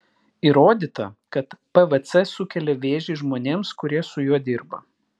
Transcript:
įrodyta kad pvc sukelia vėžį žmonėms kurie su juo dirba